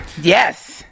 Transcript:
Yes